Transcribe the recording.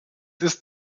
ist